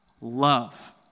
Love